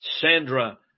Sandra